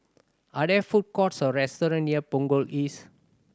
are there food courts or restaurant near Punggol East